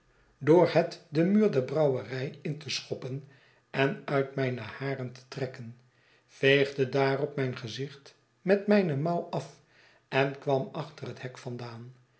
door het den muur der brouwerij in te schoppen en uit mijne haren te trekken veegde daarop mijn gezicht met mijne mouw af en kwam achter het hek vandaan